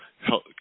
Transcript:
help